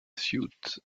suit